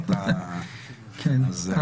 אותיות התחלפו.